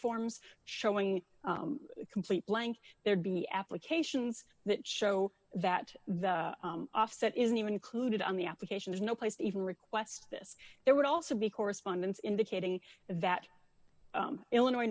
forms showing complete blank there'd be applications that show that the offset isn't even included on the application has no place even requests this there would also be correspondence in the catering that illinois